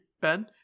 Ben